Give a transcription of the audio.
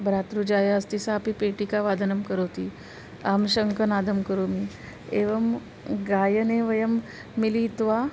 भातृजाया अस्ति सापि पेटिकावादनं करोति अहं शङ्खनादं करोमि एवं गायने वयं मिलित्वा